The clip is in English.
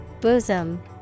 Bosom